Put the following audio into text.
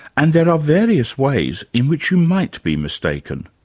and there are various ways in which you might be mistaken.